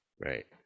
Right